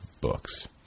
books